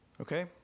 Okay